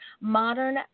modern